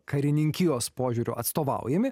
karininkijos požiūriu atstovaujami